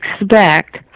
expect